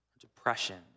depression